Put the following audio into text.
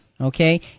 okay